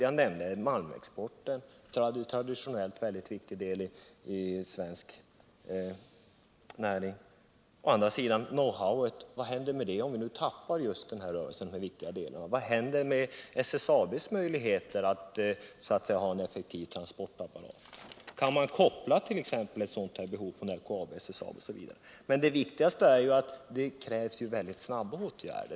Jag nämnde malmexporten som cen traditionellt mycket viktig del av de svenska näringarna. Å andra sidan har vi know-how i branschen, men vad händer med värt know-how, om vi tappar viktiga delar av just den här rörelsen? Och vad händer med möjligheterna att behålla en effekuv transportapparat? Kan man koppla ett sådant behov till LKAB, SSAB osv.? Men det allra viktigaste är att åtgärder vidtas snabbt.